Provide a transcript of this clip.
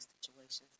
situations